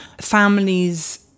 families